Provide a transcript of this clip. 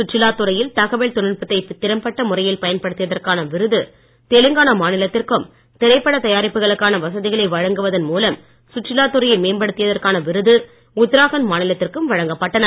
சுற்றுலா துறையில் தகவல் தொழில்நுட்பத்தை திறம்பட்ட முறையில் பயன்படுத்தியதற்கான விருது தெலுங்கான மாநிலத்திற்கும் திரைப்பட தயாரிப்புகளுக்கான வசதிகளை வழங்குவதன் மூலம் சுற்றுலா துறையை மேம்படுத்தியதற்கான விருது உத்தராகண்ட் மாநிலத்திற்கும் வழங்கப்பட்டன